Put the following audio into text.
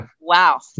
wow